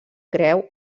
creu